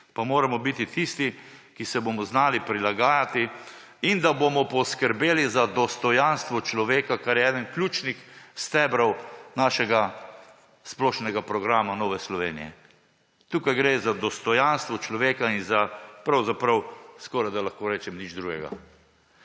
pa moramo biti tisti, ki se bomo znali prilagajati in da bomo poskrbeli za dostojanstvo človeka, kar je eden ključnih stebrov našega splošnega programa Nove Slovenije. Tukaj gre za dostojanstvo človeka in za pravzaprav skorajda lahko rečem nič drugega.